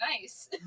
Nice